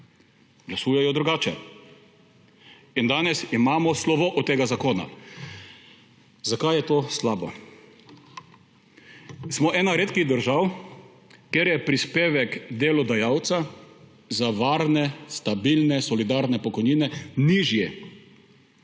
glasujejo drugače. In danes imamo slovo od tega zakona. Zakaj je to slabo? Smo ena redkih držav, kjer je prispevek delodajalca za varne, stabilne, solidarne pokojnine nižji,